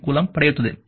33 coulomb ಪಡೆಯುತ್ತದೆ